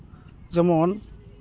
ᱡᱮᱢᱚᱱ